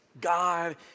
God